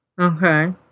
Okay